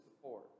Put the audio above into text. support